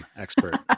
expert